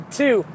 two